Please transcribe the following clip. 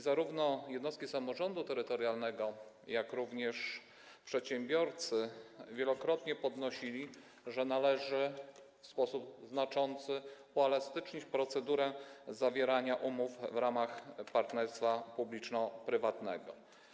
Zarówno jednostki samorządu terytorialnego, jak i przedsiębiorcy wielokrotnie podnosili, że w sposób znaczący należy uelastycznić procedurę zawierania umów w ramach partnerstwa publiczno-prywatnego.